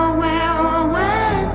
wow,